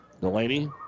Delaney